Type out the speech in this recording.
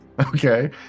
Okay